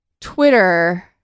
Twitter